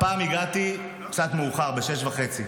הפעם הגעתי קצת מאוחר, ב-18:30.